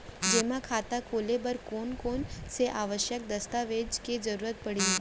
जेमा खाता खोले बर कोन कोन से आवश्यक दस्तावेज के जरूरत परही?